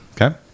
Okay